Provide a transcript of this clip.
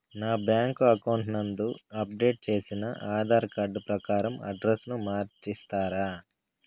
నా bank account నందు update చేసిన ఆధార్ కార్డు ప్రకారం అడ్రస్ ను మార్చిస్తారా?